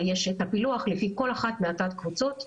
אבל יש את הפילוח לפי כל אחת מתת הקבוצות,